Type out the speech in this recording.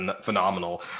phenomenal